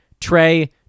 Trey